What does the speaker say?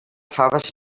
faves